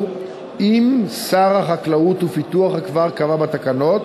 אם שר החקלאות ופיתוח הכפר קבע בתקנות,